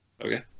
Okay